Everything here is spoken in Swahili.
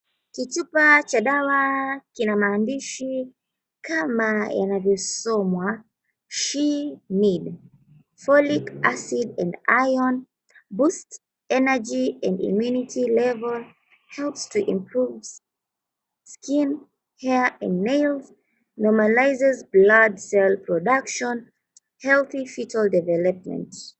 Kichupa cha dawa kina maandishi kama yanavyosomwa, She Need. Folic Acid and Iron Boost Energy and Immunity Level Helps To Improve Skin Hair and Nail Normalizes Blood Cell Production Healthy Fetal Development.